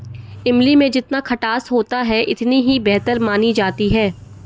इमली में जितना खटास होता है इतनी ही बेहतर मानी जाती है